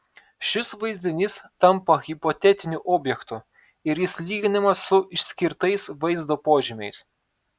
šis vaizdinys tampa hipotetiniu objektu ir jis lyginamas su išskirtais vaizdo požymiais